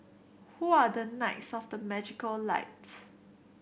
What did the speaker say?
who are the knights of the magical light